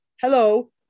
Hello